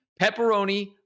pepperoni